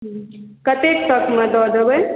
कतेक तकमे दऽ देबै